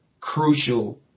crucial